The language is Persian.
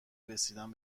رسیدن